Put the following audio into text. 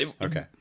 Okay